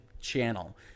channel